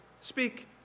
speak